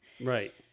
Right